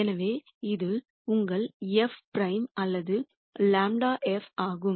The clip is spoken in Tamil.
எனவே அது உங்கள் f பிரைம் அல்லது ∇ f ஆகும்